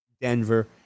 Denver